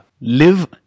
Live